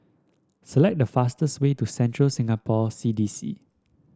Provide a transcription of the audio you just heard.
select the fastest way to Central Singapore C D C